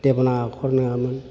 देब'नागिरि आखर नङामोन